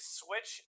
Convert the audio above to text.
switch